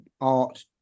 art